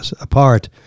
apart